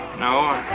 no.